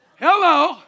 Hello